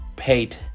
Paid